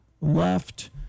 left